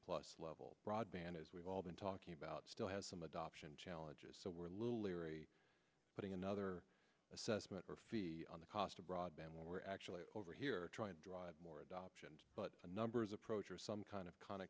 plus level broadband as we've all been talking about still has some adoption challenges so we're a little leery putting another assessment on the cost of broadband we're actually over here trying to drive more adoption but the numbers approach or some kind of